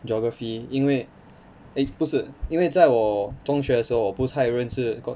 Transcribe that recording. geography 因为 eh 不是因为在我中学的时候我不太认识国